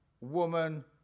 woman